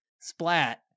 splat